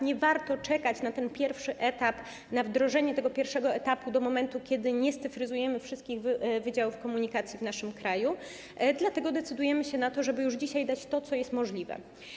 Nie warto czekać na ten pierwszy etap, na wdrożenie tego pierwszego etapu do momentu, kiedy nie scyfryzujemy wszystkich wydziałów komunikacji w naszym kraju, dlatego decydujemy się na to, żeby już dzisiaj dać to, co jest możliwe.